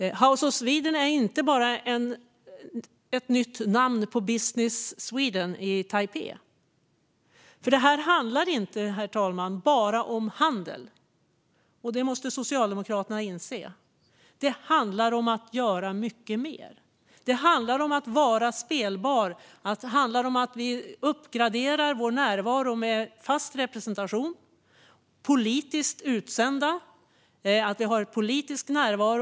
House of Sweden är inte bara ett nytt namn på Business Sweden i Taipei. För detta, herr talman, handlar inte bara om handel. Det måste Socialdemokraterna inse. Det handlar om att göra mycket mer. Det handlar om att vara spelbar och om att uppgradera vår närvaro med fast representation, politiskt utsända och en politisk närvaro.